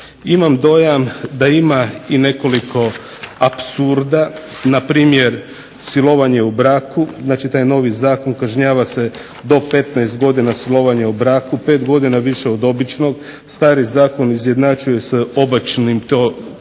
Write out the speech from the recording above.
imam dojam da ima nekoliko apsurda, na primjer silovanje u braku. Znači taj novi zakon kažnjava se do 15 godina silovanje u braku, 5 godina više od običnog, stari Zakon izjednačuje se ... to silovanjem,